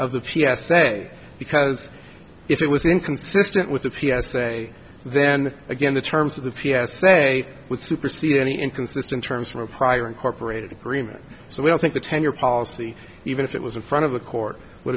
of the p s a because if it was inconsistent with the p s a then again the terms of the p s a with supersede any inconsistent terms from a prior incorporated agreement so we don't think the tenure policy even if it was in front of the court would